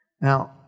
Now